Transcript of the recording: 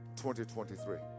2023